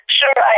sure